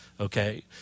okay